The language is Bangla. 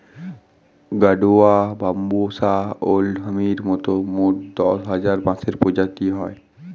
গাডুয়া, বাম্বুষা ওল্ড হামির মতন মোট দশ হাজার বাঁশের প্রজাতি হয়